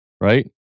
right